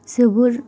जोबोर